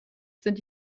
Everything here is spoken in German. sind